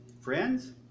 Friends